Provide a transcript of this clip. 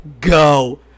go